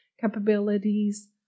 capabilities